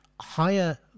higher